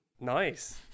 nice